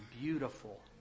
beautiful